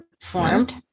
formed